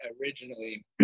originally